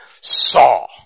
saw